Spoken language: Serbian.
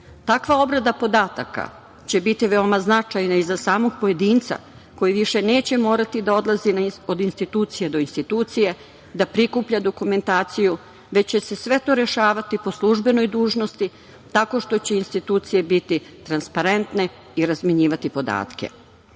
obrada podataka će biti veoma značajna i za samog pojedinca koji više neće morati da odlazi od institucije do institucije, da prikuplja dokumentaciju već će se sve to rešavati po službenoj dužnosti tako što će institucije biti transparentne i razmenjivati podatke. Suština